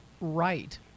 right